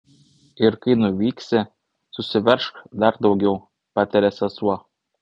ir kai nuvyksi susiveržk dar daugiau patarė sesuo